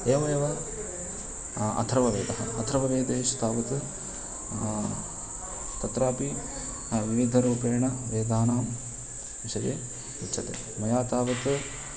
एवमेव अथर्ववेदः अथर्ववेदेषु तावत् तत्रापि विविधरूपेण वेदानां विषये उच्चते मया तावत्